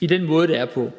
i den måde, det er på.